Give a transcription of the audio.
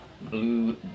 blue